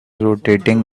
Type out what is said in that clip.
rotating